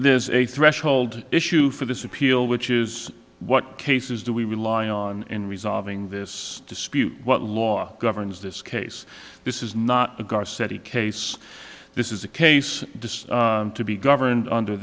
there's a threshold issue for this appeal which is what cases do we rely on in resolving this dispute what law governs this case this is not a guard case this is a case to be governed under